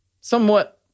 somewhat